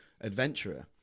adventurer